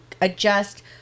adjust